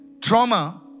trauma